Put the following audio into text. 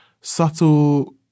subtle